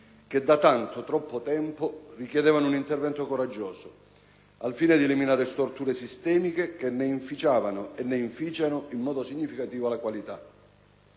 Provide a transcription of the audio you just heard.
che da tanto, troppo tempo, richiedevano un intervento coraggioso al fine di eliminare storture sistemiche che ne inficiavano e ne inficiano in modo significativo la qualità.